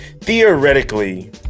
Theoretically